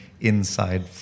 inside